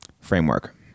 framework